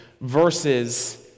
versus